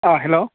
अ' हेल'